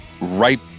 Right